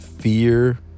fear